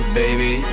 baby